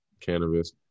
cannabis